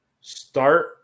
start